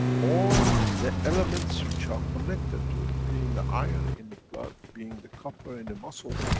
all the elements which are connected to it, being the iron in the blood, being the copper in the muscle,